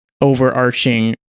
overarching